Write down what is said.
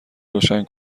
روشن